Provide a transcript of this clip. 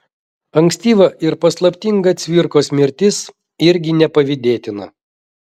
ankstyva ir paslaptinga cvirkos mirtis irgi nepavydėtina